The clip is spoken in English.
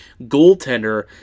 goaltender